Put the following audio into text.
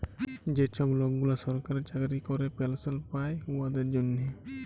যে ছব লকগুলা সরকারি চাকরি ক্যরে পেলশল পায় উয়াদের জ্যনহে